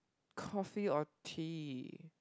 coffee or tea